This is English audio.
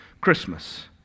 Christmas